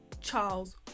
Charles